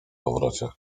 powrocie